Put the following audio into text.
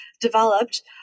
developed